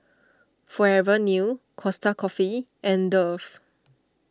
Forever New Costa Coffee and Dove